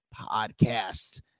podcast